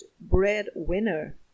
breadwinner